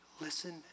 Listen